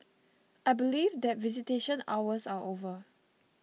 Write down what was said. I believe that visitation hours are over